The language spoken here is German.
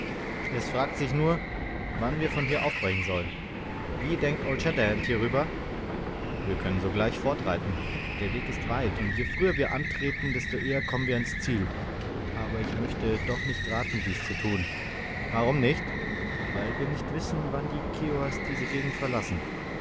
es fragt sich nur wann wir von hier aufbrechen sollen wie denkt old shatterhand hierüber wir könnten sogleich fortreiten der weg ist weit und je früher wir ihn antreten desto eher kommen wir an das ziel aber ich möchte doch nicht raten dies zu tun warum nicht weil wir nicht wissen wann die kiowas diese gegend verlassen